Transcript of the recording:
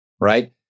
Right